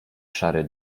szary